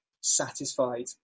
Satisfied